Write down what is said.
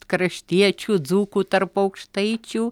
kraštiečių dzūkų tarp aukštaičių